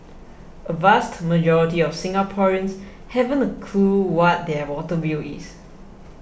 a vast majority of Singaporeans haven't a clue what their water bill is